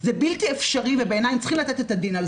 זה בלתי אפשרי ובעיניי הם צריכים לתת את הדין על זה.